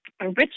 rich